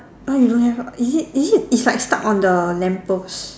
why you don't have is it is it it's like stuck on the lamp post